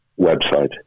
website